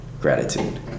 Gratitude